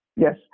Yes